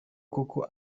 koko